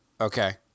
Okay